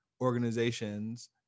organizations